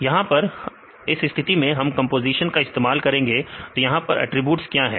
यहां पर इस स्थिति में हम कंपोजीशन का इस्तेमाल करेंगे तो यहां पर अटरीब्यूट्स क्या है